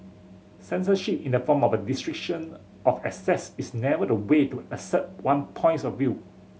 censorship in the form of a restriction of access is never the way to assert one points of view